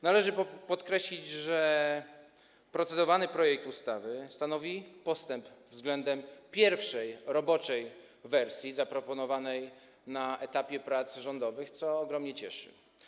Należy podkreślić, że procedowany projekt ustawy stanowi postęp względem pierwszej roboczej wersji zaproponowanej na etapie prac rządowych, co ogromnie cieszy.